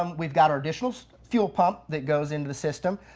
um we've got our additional fuel pump that goes into the system.